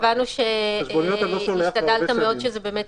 הבנו שהשתדלת מאוד שזה יקרה מהר.